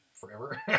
forever